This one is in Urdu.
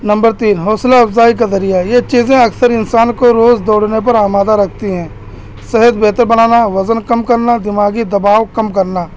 نمبر تین حوصلہ افزائی کا ذریعہ یہ چیزیں اکثر انسان کو روز دوڑنے پر آمادہ رکھتی ہیں صحت بہتر بنانا وزن کم کرنا دماغی دباؤ کم کرنا